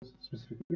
specifically